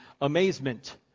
amazement